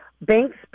Banks